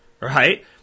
Right